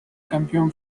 campeón